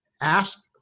ask